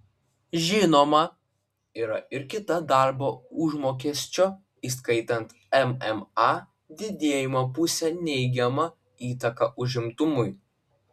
žinoma yra ir kita darbo užmokesčio įskaitant mma didėjimo pusė neigiama įtaka užimtumui